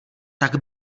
tak